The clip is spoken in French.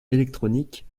électronique